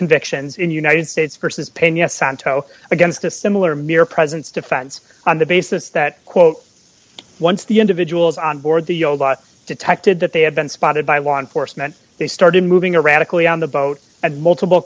convictions in united states versus pena santo against a similar mere presence defense on the basis that quote once the individuals on board the yacht detected that they had been spotted by law enforcement they started moving or radically on the boat and multiple